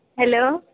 hello